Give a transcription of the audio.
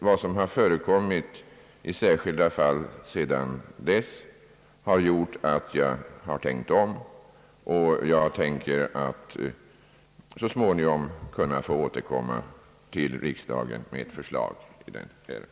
Vad som har förekommit i särskilda fall sedan dess har gjort att jag tänkt om, och jag avser att så småningom återkomma till riksdagen med förslag i frågan.